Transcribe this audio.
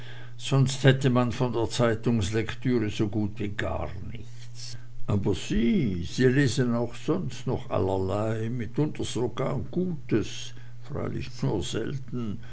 sonst hätte man von der zeitungslektüre so gut wie gar nichts aber sie sie lesen auch sonst noch allerlei mitunter sogar gutes freilich nur selten